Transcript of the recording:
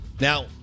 Now